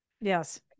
Yes